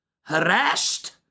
harassed